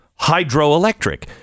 Hydroelectric